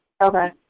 Okay